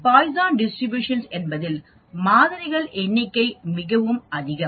ஆனால் Poisson distribution என்பதில் மாதிரிகள் எண்ணிக்கை மிகவும் அதிகம்